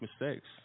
mistakes